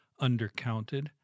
undercounted